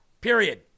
Period